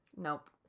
Nope